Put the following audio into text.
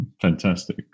Fantastic